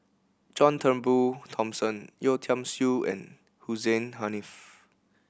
John Turnbull Thomson Yeo Tiam Siew and Hussein Haniff